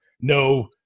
no